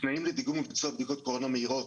תנאים לדיגום וביצוע בדיקות קורונה מהירות.